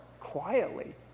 quietly